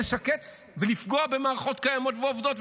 לשקץ ולפגוע במערכות קיימות ועובדות,